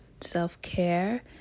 self-care